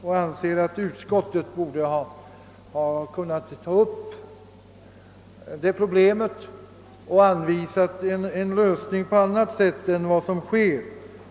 Jag anser att utskottet borde ha kunnat ta upp det problemet och anvisa ett annat tillvägagångssätt än det som nu tillämpas.